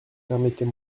permettez